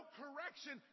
correction